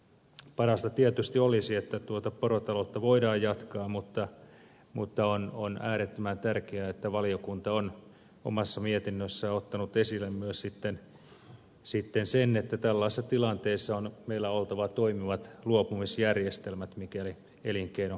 parasta tietysti olisi että tuota porotaloutta voidaan jatkaa mutta on äärettömän tärkeää että valiokunta on omassa mietinnössään ottanut esille myös sitten sen että tällaisessa tilanteessa meillä on oltava toimivat luopumisjärjestelmät mikäli elinkeino karkaa alta